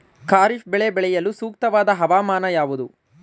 ಖಾರಿಫ್ ಬೆಳೆ ಬೆಳೆಯಲು ಸೂಕ್ತವಾದ ಹವಾಮಾನ ಯಾವುದು?